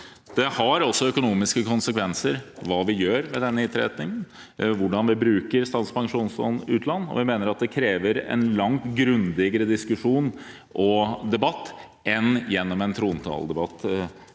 det har også økonomiske konsekvenser hva vi gjør med denne innretningen og hvordan vi bruker Statens pensjonsfond utland, og vi mener at det krever en langt grundigere diskusjon og debatt enn gjennom en trontaledebatt